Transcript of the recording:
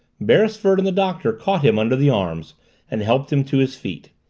beresford and the doctor caught him under the arms and helped him to his feet.